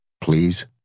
please